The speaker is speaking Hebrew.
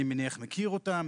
אני מניח, מכיר אותן.